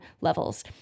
levels